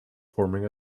forming